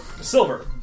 Silver